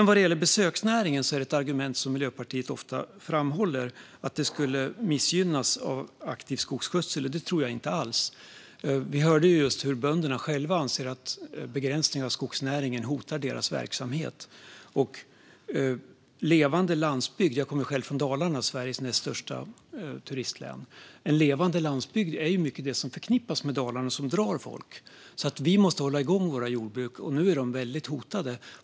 Vad gäller besöksnäringen är ett argument som Miljöpartiet ofta framhåller att den skulle missgynnas av aktiv skogsskötsel. Det tror jag inte alls. Vi hörde just att bönderna själva anser att begränsningar av skogsnäringen hotar deras verksamhet och en levande landsbygd. Jag kommer själv från Dalarna, Sveriges näst största turistlän, och en levande landsbygd är mycket av det som förknippas med Dalarna och som drar folk. Vi måste alltså hålla igång våra jordbruk, och nu är de väldigt hotade.